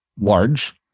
large